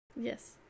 Yes